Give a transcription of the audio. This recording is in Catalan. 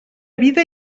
vida